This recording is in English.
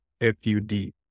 FUD